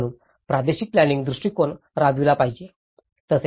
म्हणूनच प्रादेशिक प्लॅनिंइंग दृष्टिकोन राबविला पाहिजे